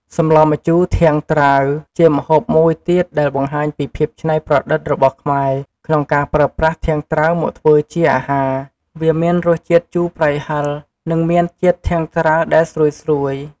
សម្លម្ជូរធាងត្រាវ ជាម្ហូបមួយទៀតដែលបង្ហាញពីភាពច្នៃប្រឌិតរបស់ខ្មែរក្នុងការប្រើប្រាស់ធាងត្រាវមកធ្វើជាអាហារ។ វាមានរសជាតិជូរប្រៃហឹរ និងមានជាតិធាងត្រាវដែលស្រួយៗ។